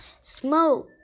smoke